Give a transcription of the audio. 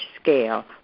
scale